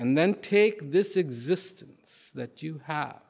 and then take this existence that you have